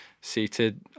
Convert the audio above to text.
seated